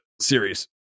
series